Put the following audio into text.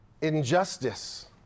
injustice